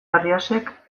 arriasek